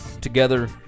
together